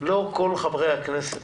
- לא כל חברי הכנסת